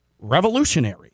revolutionary